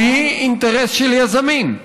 שהיא אינטרס של יזמים.